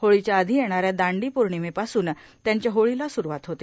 होळीच्या आधी येणाऱ्या दांडी पौर्णिमेपासून त्यांच्या होळीला सुरुवात होते